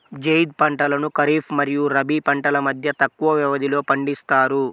జైద్ పంటలను ఖరీఫ్ మరియు రబీ పంటల మధ్య తక్కువ వ్యవధిలో పండిస్తారు